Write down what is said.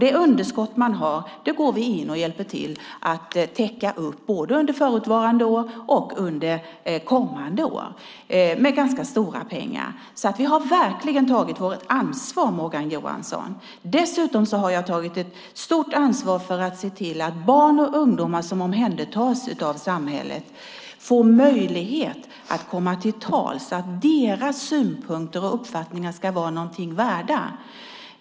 Det underskott man har går vi in och hjälper till att täcka upp, både under tidigare år och under kommande år. Det handlar om ganska stora pengar. Vi har verkligen tagit vårt ansvar, Morgan Johansson. Dessutom har jag tagit ett stort ansvar för att se till att barn och ungdomar som omhändertas av samhället får möjlighet att komma till tals. Deras synpunkter och uppfattningar ska vara värda något.